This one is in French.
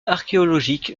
archéologique